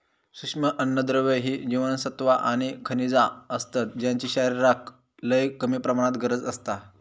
सूक्ष्म अन्नद्रव्य ही जीवनसत्वा आणि खनिजा असतत ज्यांची शरीराक लय कमी प्रमाणात गरज असता